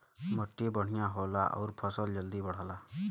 मट्टी बढ़िया होला आउर फसल जल्दी बढ़ला